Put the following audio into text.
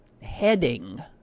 heading